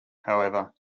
however